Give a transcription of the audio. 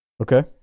Okay